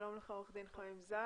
שלום לך עורך דין חיים זקס,